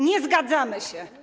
Nie zgadzamy się.